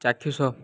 ଚାକ୍ଷୁଷ